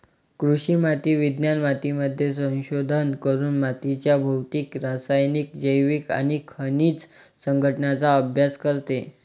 कृषी माती विज्ञान मातीमध्ये संशोधन करून मातीच्या भौतिक, रासायनिक, जैविक आणि खनिज संघटनाचा अभ्यास करते